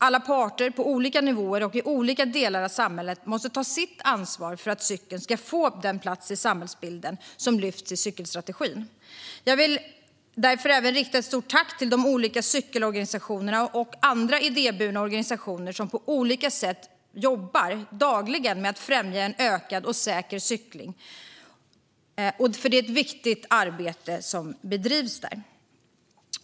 Alla parter på olika nivåer och i olika delar av samhället måste ta sitt ansvar för att cykeln ska få den plats i samhällsbilden som lyfts fram i cykelstrategin. Jag vill därför rikta ett stort tack till de olika cykelorganisationer och andra idéburna organisationer som dagligen jobbar på olika sätt för att främja en ökad och säker cykling. Det är ett viktigt arbete de bedriver.